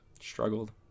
Struggled